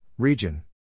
Region